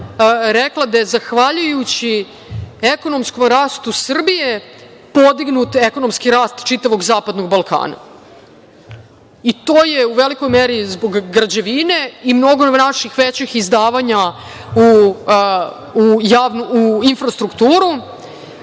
rekla da je zahvaljujući ekonomskom rastu Srbije podignut ekonomski rast čitavog zapadnog Balkana. To je u velikoj meri zbog građevine i mnogo naših većih izdvajanja u infrastrukturu